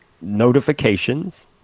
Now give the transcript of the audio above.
notifications